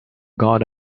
god